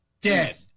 Dead